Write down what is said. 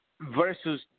versus